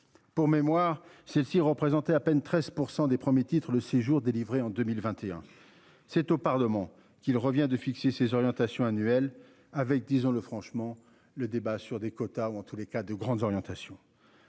Pour mémoire, celle-ci représentaient à peine 13% des premiers titres le séjour délivrés en 2021. C'est au Parlement qu'il revient de fixer ses orientations annuelles avec disons-le franchement. Le débat sur des quotas ou en tous les cas de grandes orientations.--